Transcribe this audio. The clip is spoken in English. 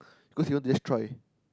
cause he wants to just try